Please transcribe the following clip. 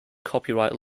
copyright